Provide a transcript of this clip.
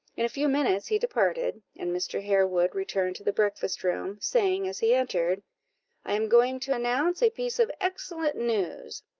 in a few minutes he departed, and mr. harewood returned to the breakfast-room, saying as he entered i am going to announce a piece of excellent news,